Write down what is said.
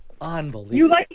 unbelievable